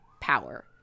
power